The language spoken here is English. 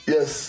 Yes